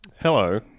Hello